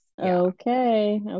Okay